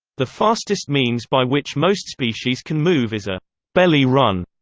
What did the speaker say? the fastest means by which most species can move is a belly run,